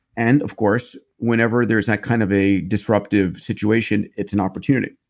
and of course, whenever there's that kind of a disruptive situation, it's an opportunity.